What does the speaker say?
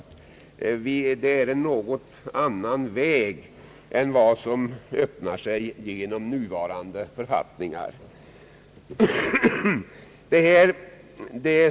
Vi föreslår en helt annan väg än som Öppnar sig vid tillämpning av nuvarande författningar.